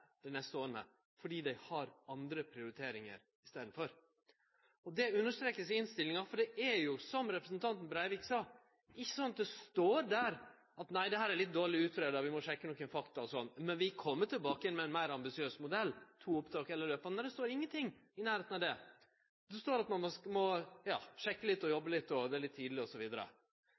fordi dei har andre prioriteringar i staden. Det vert understreka i innstillinga. Det er jo som representanten Breivik sa, det står at nei, dette er litt dårleg utgreidd, vi må sjekke nokre fakta og sånn, men vi kjem tilbake med ein meir ambisiøs modell – to opptak eller løpande. Men det står ingenting i nærleiken av det. Det står at ein må sjekke litt og jobbe litt, og det er litt tidleg